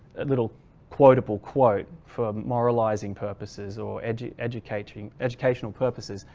little quotable quote for moralizing purposes or educating educational purposes,